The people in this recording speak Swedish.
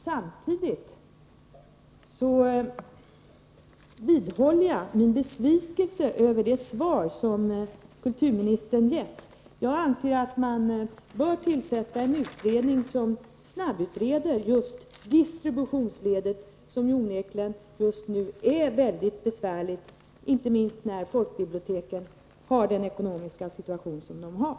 Samtidigt vidhåller jag att jag är besviken över det svar som kulturministern gett. Jag anser att man bör tillsätta en utredning som snabbutreder just distributionsledet, vars situation onekligen är väldigt besvärlig, speciellt nu när folkbiblioteken har den ekonomiska situation som de har.